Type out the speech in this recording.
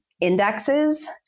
indexes